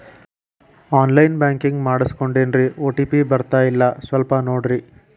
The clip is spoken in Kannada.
ಆನ್ ಲೈನ್ ಬ್ಯಾಂಕಿಂಗ್ ಮಾಡಿಸ್ಕೊಂಡೇನ್ರಿ ಓ.ಟಿ.ಪಿ ಬರ್ತಾಯಿಲ್ಲ ಸ್ವಲ್ಪ ನೋಡ್ರಿ